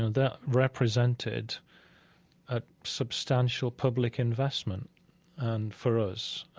that represented a substantial public investment and, for us.